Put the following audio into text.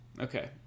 Okay